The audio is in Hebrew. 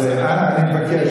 אז אנא, אני מבקש.